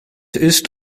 ist